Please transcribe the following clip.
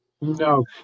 No